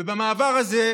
ובמעבר הזה,